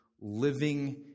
living